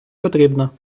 потрібно